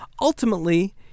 Ultimately